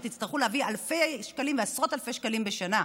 יצטרכו להביא אלפי שקלים ועשרות אלפי שקלים בשנה.